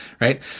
right